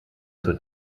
zur